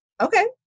Okay